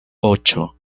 ocho